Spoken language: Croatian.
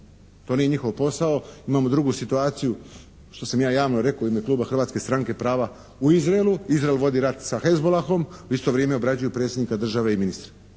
To nije njihov posao. Imamo drugu situaciju, što sam ja javno rekao u ime kluba Hrvatske stranke prava, u Izraelu, Izrael vodi rat sa Hesbolahom. U isto vrijeme obrađuju predsjednika države i ministra.